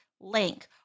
link